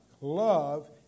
Love